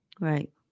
right